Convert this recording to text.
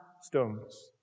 stones